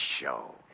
show